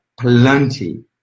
plenty